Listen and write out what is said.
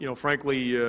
you know frankly, yeah